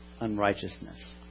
unrighteousness